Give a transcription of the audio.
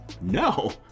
no